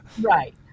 Right